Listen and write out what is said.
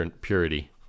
purity